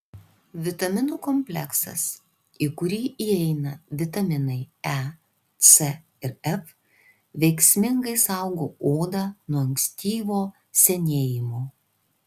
vitaminų kompleksas į kurį įeina vitaminai e c ir f veiksmingai saugo odą nuo ankstyvo senėjimo